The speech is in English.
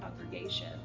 congregation